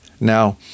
Now